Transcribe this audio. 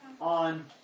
on